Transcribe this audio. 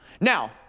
Now